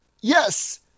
Yes